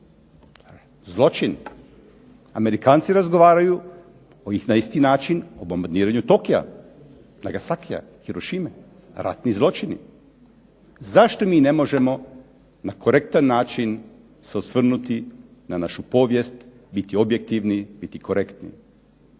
Zločin. Amerikanci razgovaraju na isti način o bombardiranju Tokija, Nagasakija, Hirošime, ratni zločini. Zašto mi ne možemo na korektan način se osvrnuti na našu povijest, biti objektivni, biti korektni?